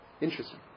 Interesting